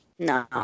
No